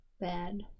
bad